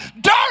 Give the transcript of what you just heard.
dirt